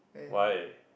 why